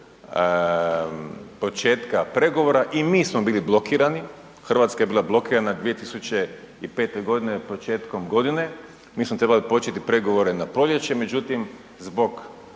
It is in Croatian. početka pregovora i mi smo bili blokirani. Hrvatska je bila blokirana 2005. godine početkom godine, mi smo trebali početi pregovore na proljeće, međutim zbog